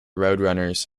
roadrunners